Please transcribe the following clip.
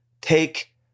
take